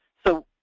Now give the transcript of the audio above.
so,